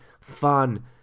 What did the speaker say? fun